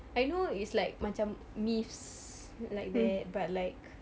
I know it's like macam myths like that but like